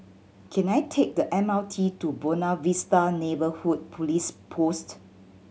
can I take the M R T to Buona Vista Neighbourhood Police Post